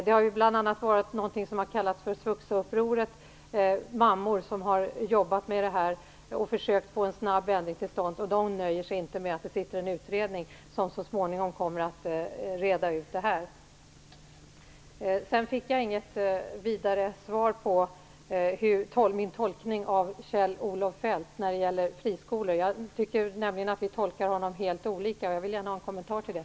Det har bl.a. förekommit någonting som har kallats svuxaupproret av mammor som har försökt att få en snabb ändring till stånd. De nöjer sig inte med att det finns en utredning som så småningom kommer att reda ut det här. Sedan fick jag inget vidare svar när det gällde min tolkning av Kjell-Olof Feldts oro. Jag tycker nämligen att vi tolkar honom helt olika, och jag vill gärna ha en kommentar till det.